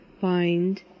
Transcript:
find